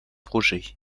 projets